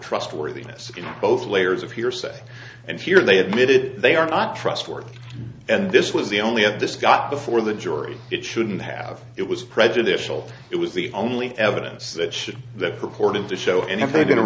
trustworthiness in both layers of hearsay and here they admitted they are not trustworthy and this was the only at this got before the jury it shouldn't have it was prejudicial it was the only evidence that should that purported to show and if they didn't